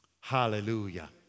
Hallelujah